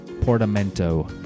portamento